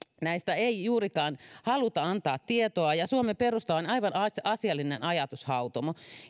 näistä ei juurikaan haluta antaa tietoa ja suomen perusta on aivan asiallinen ajatushautomo